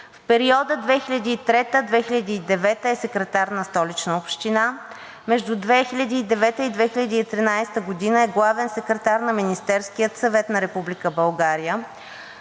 В периода 2003 – 2009 г. е секретар на Столична община. Между 2009 – 2013 г. е главен секретар на Министерския съвет на Република България.